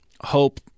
hope